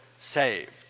saved